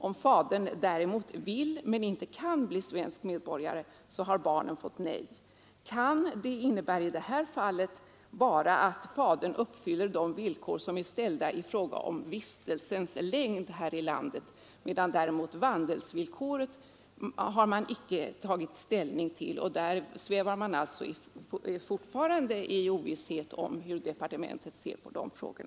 Om fadern däremot vill men inte kan bli svensk medborgare, har barnen fått nej. Innebörden av ordet ”kan” är i detta fall bara att fadern uppfyller de villkor som är ställda i fråga om vistelsens längd i vårt land, medan man däremot icke har tagit ställning till vandelsvillkoret. Vi svävar alltså fortfarande i ovisshet om hur departementet ser på dessa frågor.